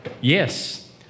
Yes